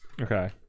Okay